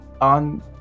on